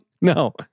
No